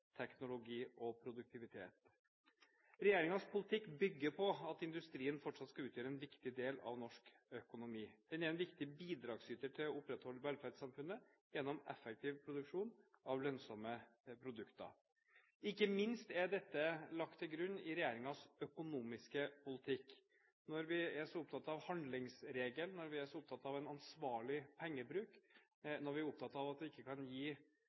teknologi og produktivitet. Regjeringens politikk bygger på at industrien fortsatt skal utgjøre en viktig del av norsk økonomi. Den er en viktig bidragsyter til å opprettholde velferdssamfunnet gjennom effektiv produksjon av lønnsomme produkter. Ikke minst er dette lagt til grunn i regjeringens økonomiske politikk. Når vi er så opptatt av handlingsregelen, når vi er så opptatt av en ansvarlig pengebruk, når vi er opptatt av at vi ikke kan gi,